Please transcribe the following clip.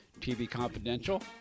tvconfidential